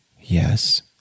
Yes